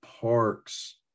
Parks